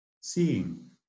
seeing